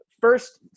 First